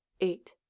Eight